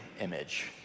image